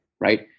right